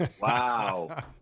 Wow